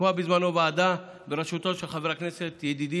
הוקמה בזמנו ועדה בראשותו של ידידי